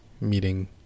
meeting